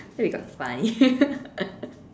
that will be quite funny